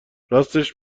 راستش